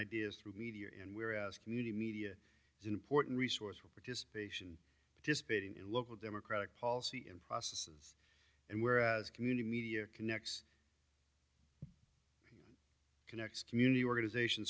ideas through media and whereas community media is an important resource for participation just baiting in local democratic policy in processes and whereas community media connects connects community organization